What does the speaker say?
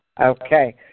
Okay